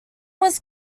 was